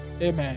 Amen